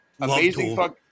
Amazing